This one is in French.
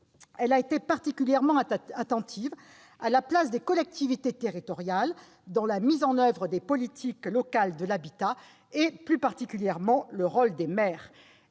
Elle a été particulièrement attentive à la place des collectivités territoriales dans la mise en oeuvre des politiques locales de l'habitat et, plus spécialement, au rôle des maires.